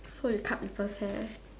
so you cut people's hair